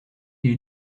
les